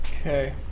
Okay